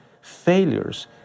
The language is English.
failures